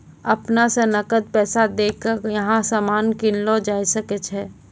अपना स नकद पैसा दै क यहां सामान कीनलो जा सकय छै